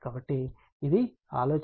కాబట్టి ఇది ఆలోచన